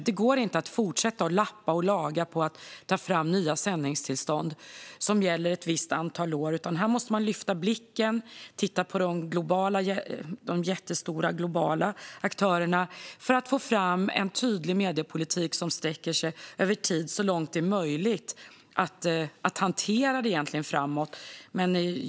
Det går inte att fortsätta att lappa och laga för att ta fram nya sändningstillstånd som gäller ett visst antal år, utan här måste man lyfta blicken och titta på de stora globala aktörerna för att få fram en tydlig mediepolitik som sträcker sig över tid, så långt som det är möjligt att hantera detta framöver.